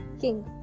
king